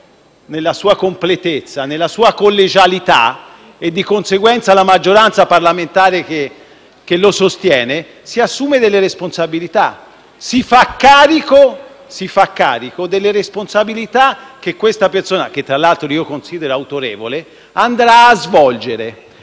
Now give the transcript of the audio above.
nella sua completezza e nella sua collegialità e, di conseguenza, la maggioranza parlamentare che lo sostiene, si assumono delle responsabilità e si fanno carico delle responsabilità che questa persona - che tra l'altro considero autorevole - andrà a svolgere.